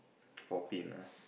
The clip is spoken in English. four pin ah